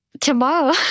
Tomorrow